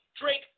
Drake